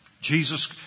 Jesus